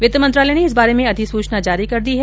वित्त मंत्रालय ने इस बारे में अधिसूचना जारी कर दी है